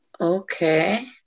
Okay